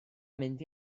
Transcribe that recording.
mynd